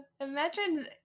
imagine